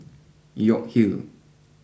York Hill